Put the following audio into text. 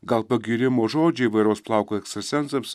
gal pagyrimo žodžiai įvairaus plauko ekstrasensams